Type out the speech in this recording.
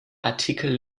artikel